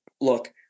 look